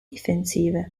difensive